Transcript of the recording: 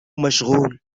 مشغول